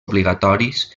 obligatoris